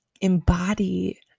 embody